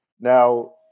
Now